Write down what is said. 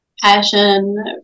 passion